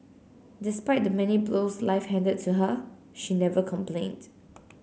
despite the many blows life handed to her she never complained